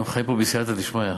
היום חיים פה בסייעתא דשמיא.